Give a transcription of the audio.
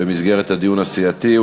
במסגרת הדיון הסיעתי,